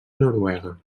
noruega